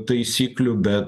taisyklių bet